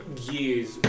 years